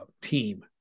team